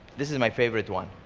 this is my favourite one.